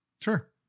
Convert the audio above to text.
Sure